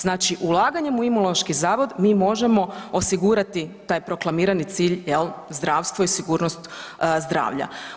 Znači ulaganjem u Imunološki zavod mi možemo osigurati taj proklamirani cilj jel, zdravstvo i sigurnost zdravlja.